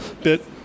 bit